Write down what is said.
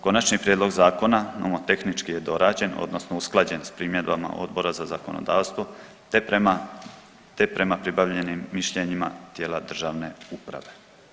Konačni prijedlog zakona nomotehnički je dorađen odnosno usklađen sa primjedbama Odbora za zakonodavstvo te prema pribavljenim mišljenjima tijela državne uprave.